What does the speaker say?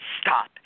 stop